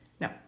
No